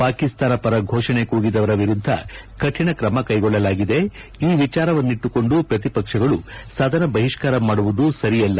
ಪಾಕಿಸ್ತಾನ ಪರ ಘೋಷಣೆ ಕೂಗಿದವರ ವಿರುದ್ದ ಕಠಿಣ ಕ್ರಮ ಕೈಗೊಳ್ಳಲಾಗಿದೆ ಈ ವಿಚಾರವನ್ನಿಟ್ಲುಕೊಂಡು ಪ್ರತಿಪಕ್ಷಗಳು ಸದನ ಬಹಿಷ್ಕಾರ ಮಾಡುವುದು ಸರಿಯಲ್ಲ